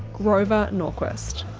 grover norquist.